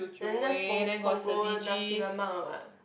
then that's Pung~ Punggol Nasi-Lemak what